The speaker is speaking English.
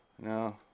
No